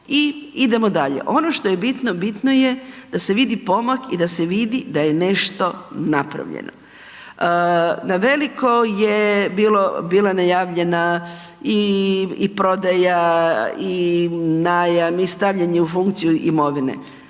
i idemo dalje. Ono što je bitno, bitno je da se vidi pomak i da se vidi da je nešto napravljeno. Na veliko je bila najavljena i prodaja i najam i stavljanje u funkciju imovine.